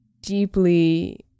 deeply